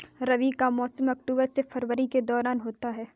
रबी का मौसम अक्टूबर से फरवरी के दौरान होता है